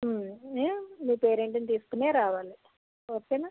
ఏ మీ పేరెంటుని తీసుకునే రావాలి ఓకేనా